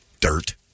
dirt